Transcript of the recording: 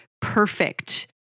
perfect